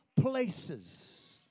places